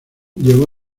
llevó